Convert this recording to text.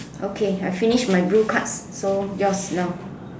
okay I finish my blue card so yours now